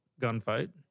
gunfight